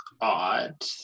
odd